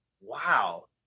Wow